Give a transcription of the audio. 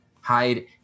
hide